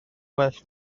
well